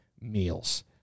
meals